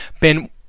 Ben